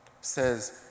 says